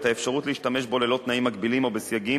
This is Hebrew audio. את האפשרות להשתמש בו ללא תנאים מגבילים או בסייגים,